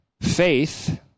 Faith